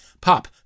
Pop